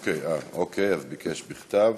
אוקיי, אז הוא ביקש בכתב.